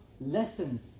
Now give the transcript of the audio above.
lessons